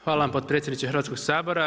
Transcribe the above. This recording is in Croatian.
Hvala vam potpredsjedniče Hrvatskog sabora.